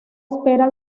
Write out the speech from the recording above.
espera